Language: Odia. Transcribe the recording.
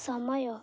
ସମୟ